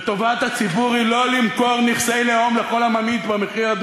וטובת הציבור היא לא למכור נכסי לאום לכל הממעיט במחיר,